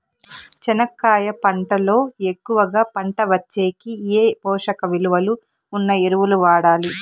చెనక్కాయ పంట లో ఎక్కువగా పంట వచ్చేకి ఏ పోషక విలువలు ఉన్న ఎరువులు వాడాలి?